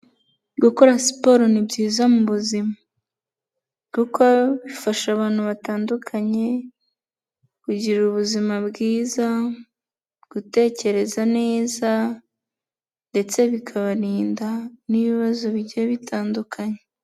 Gukora siporo ni byiza mu buzima kuko bifasha abantu batandukanye kugira ubuzima bwiza, gutekereza neza ndetse bikabarinda n'ibibazo bigiye bitandukanye.